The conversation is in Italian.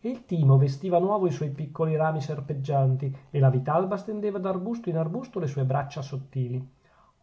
il timo vestiva a nuovo i suoi piccoli rami serpeggianti e la vitalba stendeva d'arbusto in arbusto le sue braccia sottili